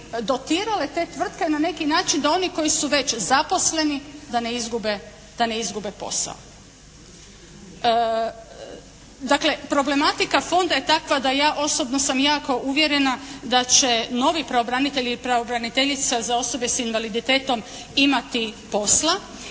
dotirale te tvrtke na neki način da oni koji su već zaposleni da ne izgube posao. Dakle, problematika Fonda je takva da ja osobno sam jako uvjerena da će novi pravobranitelj ili pravobraniteljica za osobe s invaliditetom imati posla.